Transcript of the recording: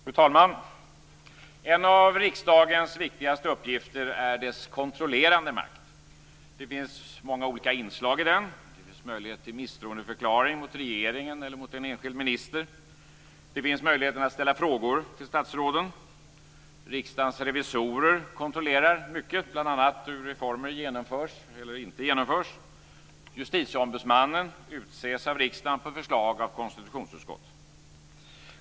Fru talman! En av riksdagens viktigaste uppgifter är dess kontrollerande makt. Det finns många olika inslag i den. Det finns möjlighet till misstroendeförklaring mot regeringen eller mot en enskild minister. Det finns möjlighet att ställa frågor till statsråden. Riksdagens revisorer kontrollerar mycket, bl.a. hur reformer genomförs eller inte genomförs. Justitieombudsmannen utses av riksdagen på förslag av konstitutionsutskottet.